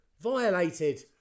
Violated